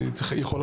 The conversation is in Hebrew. קק"ל.